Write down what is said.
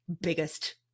biggest